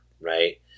right